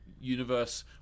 universe